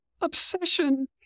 obsession